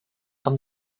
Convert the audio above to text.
van